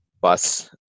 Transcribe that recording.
bus